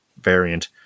variant